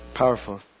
powerful